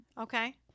Okay